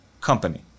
company